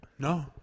No